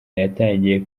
yatangiye